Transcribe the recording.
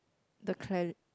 the clea~